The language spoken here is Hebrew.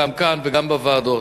גם כאן וגם בוועדות.